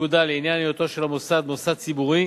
לפקודה לעניין היותו של המוסד מוסד ציבורי